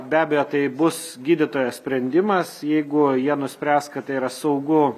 be abejo tai bus gydytojo sprendimas jeigu jie nuspręs kad tai yra saugu